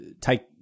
Take